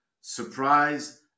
surprise